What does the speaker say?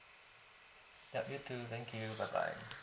yup you too thank you bye bye